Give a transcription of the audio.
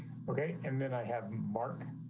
okay, and then i have mark.